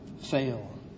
fail